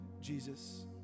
Jesus